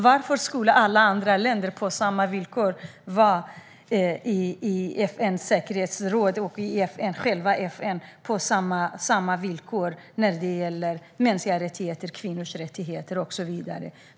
Varför ska alla länder vara med i FN:s säkerhetsråd och själva FN på samma villkor när det gäller mänskliga rättigheter, kvinnors rättigheter och så vidare?